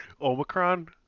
Omicron